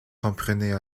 comprenait